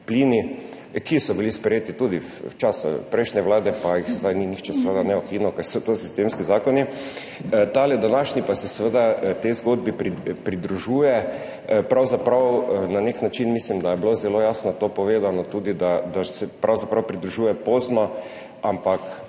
ki so bili sprejeti tudi v času prejšnje vlade in jih zdaj seveda ni nihče ukinil, ker so to sistemski zakoni. Tale današnji pa se seveda pridružuje tej zgodbi. Pravzaprav na nek način, mislim, da je bilo zelo jasno povedano tudi, da se pravzaprav pridružuje pozno, ampak